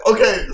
Okay